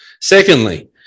Secondly